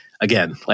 again